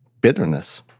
bitterness